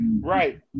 Right